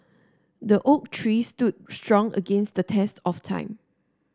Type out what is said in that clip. the oak tree stood strong against the test of time